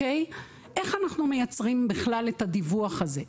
איך אנחנו מייצרים בכלל את הדיווח הזה?